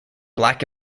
black